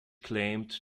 claimed